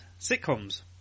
Sitcoms